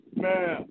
man